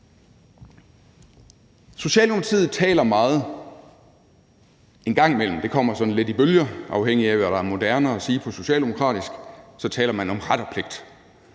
Socialdemokratiet taler meget – en gang imellem, det kommer sådan lidt i bølger, afhængigt af hvad der er moderne at sige på socialdemokratisk – om ret og pligt: